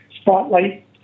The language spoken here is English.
spotlight